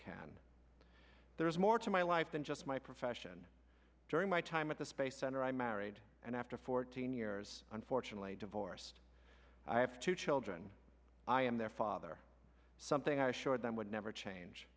can there is more to my life than just my profession during my time at the space center i married and after fourteen years unfortunately divorced i have two children i am their father something i assured them would never change